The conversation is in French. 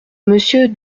monsieur